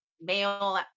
male